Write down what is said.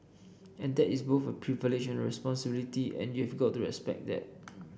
and that is both a privilege and responsibility and you've got to respect that